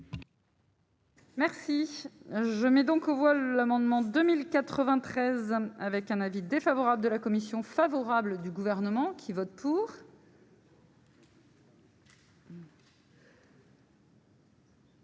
Merci, je mets donc aux voix l'amendement 2000 93 avec un avis défavorable de la commission favorable du gouvernement qui vote pour.